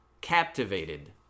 captivated